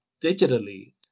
digitally